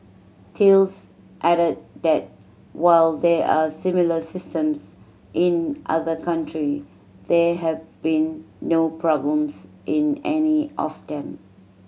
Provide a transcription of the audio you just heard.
Thales added that while there are similar systems in other country there have been no problems in any of them